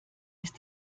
ist